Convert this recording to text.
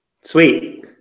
Sweet